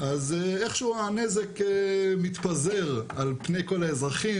אז איך שהוא הנזק מתפזר על פני כל האזרחים